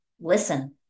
listen